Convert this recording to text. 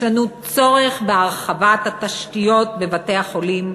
יש לנו צורך בהרחבת התשתיות בבתי-החולים,